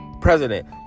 president